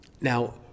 Now